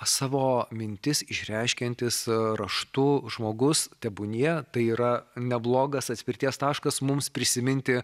savo mintis išreiškiantis raštu žmogus tebūnie tai yra neblogas atspirties taškas mums prisiminti